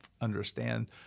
understand